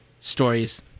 stories